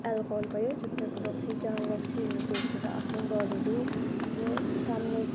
alcohol भयो जस्तो अब रक्सी जाँड रक्सीहरू बेचेर आफ्नो घरहरू अब थाम्ने